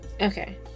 okay